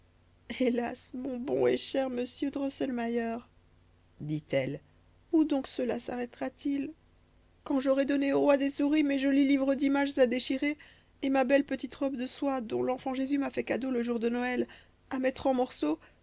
hélas mon bon et cher monsieur drosselmayer dit-elle où donc cela s'arrêtera-t-il quand j'aurai donné au roi des souris mes jolis livres d'images à déchirer et ma belle petite robe de soie dont l'enfant jésus m'a fait cadeau le jour de noël à mettre en morceaux